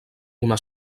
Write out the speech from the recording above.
una